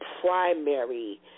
primary